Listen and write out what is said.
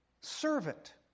servant